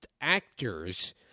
actors